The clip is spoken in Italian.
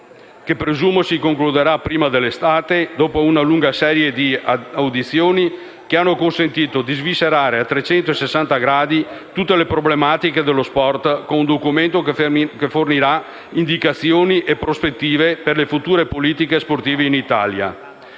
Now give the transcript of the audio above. che presumo si concluderà prima dell'estate, dopo una lunga serie di audizioni che hanno consentito di sviscerare a 360 gradi tutte le problematiche dello sport, con un documento che fornirà indicazioni e prospettive per le future politiche sportive in Italia.